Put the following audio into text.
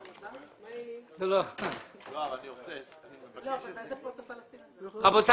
אני רוצה להודות לצוות המקצועי של הוועדה ולך אדוני היושב ראש.